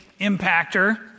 impactor